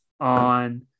on